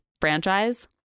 franchise